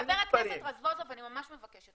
חבר הכנסת מיקי זוהר,